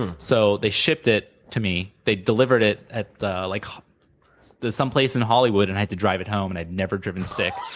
um so they shipped it to me. they delivered it at like some place in hollywood and i had to drive it home, and i'd never driven stick,